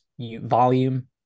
volume